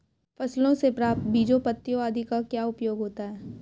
फसलों से प्राप्त बीजों पत्तियों आदि का क्या उपयोग होता है?